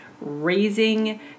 raising